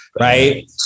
right